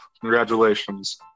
Congratulations